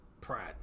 pride